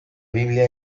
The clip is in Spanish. biblia